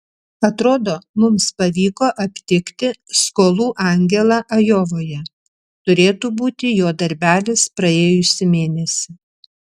atrodo mums pavyko aptikti skolų angelą ajovoje turėtų būti jo darbelis praėjusį mėnesį